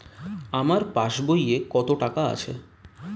আমার পাস বইয়ে কত টাকা আছে?